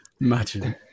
Imagine